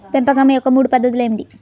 పెంపకం యొక్క మూడు పద్ధతులు ఏమిటీ?